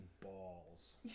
balls